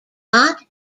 not